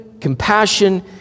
compassion